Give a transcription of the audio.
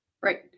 Right